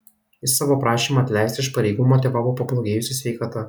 jis savo prašymą atleisti iš pareigų motyvavo pablogėjusia sveikata